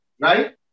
right